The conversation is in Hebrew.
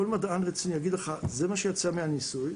כל מדען רציני יגיד לך שזה מה שיצא מהניסוי,